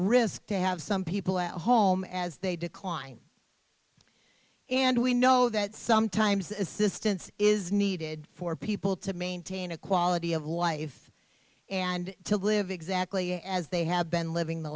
risk to have some people at home as they decline and we know that sometimes assistance is needed for people to maintain a quality of life and to live exactly as they have been living the